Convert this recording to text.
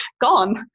gone